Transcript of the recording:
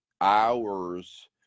hours